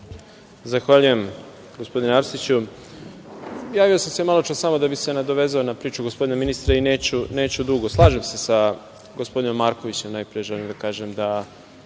Zahvaljujem, gospodine Arsiću. Javio sam se maločas samo da bih se nadovezao na priču gospodina ministra. Neću dugo. Slažem se sa gospodinom Markovićem. Najpre želim da kažem zašto